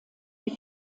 die